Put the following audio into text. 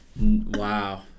Wow